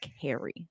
carry